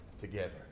together